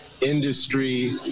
industry